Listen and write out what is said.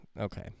Okay